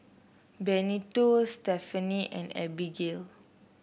Benito Stephaine and Abigail